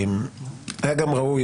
היה גם ראוי,